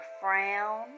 frown